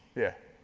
yeah.